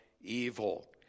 evil